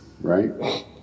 right